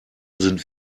sind